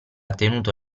tenuto